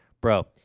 bro